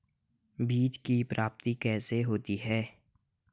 बीज की प्राप्ति कैसे होती है?